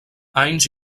anys